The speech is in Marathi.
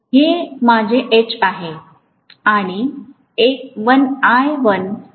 हे माझे H असेल